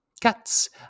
Cats